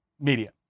media